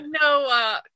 no